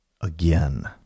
again